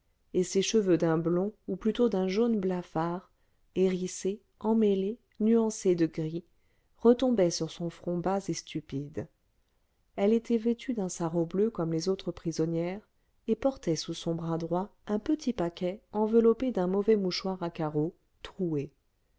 et ses cheveux d'un blond ou plutôt d'un jaune blafard hérissés emmêlés nuancés de gris retombaient sur son front bas et stupide elle était vêtue d'un sarrau bleu comme les autres prisonnières et portait sous son bras droit un petit paquet enveloppé d'un mauvais mouchoir à carreaux troué